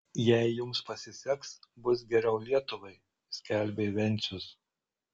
jei jums pasiseks bus geriau lietuvai skelbė vencius